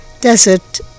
desert